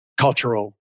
cultural